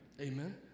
Amen